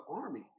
army